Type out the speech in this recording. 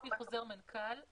לפי חוזר מנכ"ל,